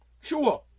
sure